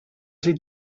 does